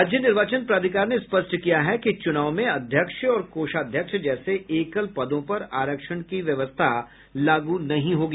राज्य निर्वाचन प्राधिकार ने स्पष्ट किया है कि चुनाव में अध्यक्ष और कोषाध्यक्ष जैसे एकल पदों पर आरक्षण की व्यवस्था लागू नहीं होगी